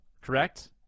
correct